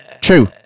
True